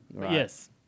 yes